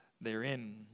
therein